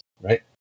right